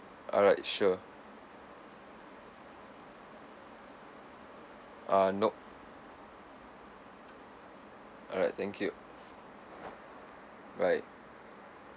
alright sure ah nope alright thank you bye